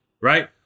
right